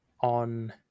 on